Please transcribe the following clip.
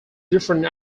different